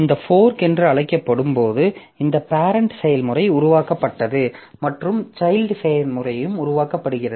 இந்த ஃபோர்க் என்று அழைக்கப்படும் போது இந்த பேரெண்ட் செயல்முறை உருவாக்கப்பட்டது மற்றும் சைல்ட் செயல்முறையும் உருவாக்கப்படுகிறது